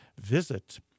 visit